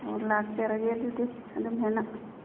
ꯑꯣ ꯂꯥꯛꯆꯔꯒꯦ ꯑꯗꯨꯗꯤ ꯑꯗꯨꯝꯍꯥꯏꯅ